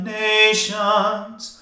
nations